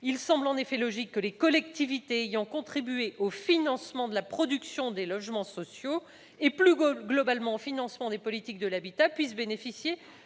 Il semble en effet logique que les collectivités ayant contribué au financement de la production des logements sociaux, plus globalement au financement des politiques de l'habitat, puissent bénéficier